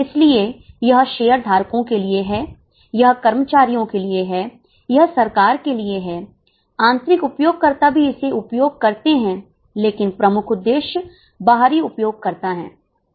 इसलिए यह शेयरधारकों के लिए है यह कर्मचारियों के लिए है यह सरकार के लिए है आंतरिक उपयोगकर्ता भी इसे उपयोग करते हैं लेकिन प्रमुख उद्देश्य बाहरी उपयोगकर्ता हैं